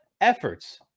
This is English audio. efforts